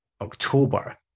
October